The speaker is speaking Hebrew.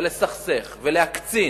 לסכסך ולהקצין,